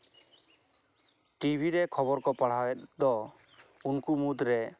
TV ᱨᱮ ᱠᱷᱚᱵᱚᱨ ᱠᱚ ᱯᱟᱲᱦᱟᱣᱮᱫ ᱫᱚ ᱩᱱᱠᱩ ᱢᱩᱫᱨᱮ